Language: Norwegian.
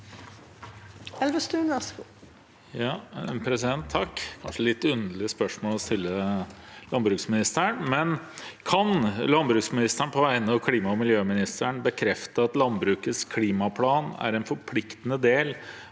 og miljøministeren bekrefte at Landbrukets klimaplan er en forpliktende del